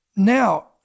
Now